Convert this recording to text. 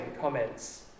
comments